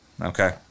Okay